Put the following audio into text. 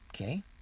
Okay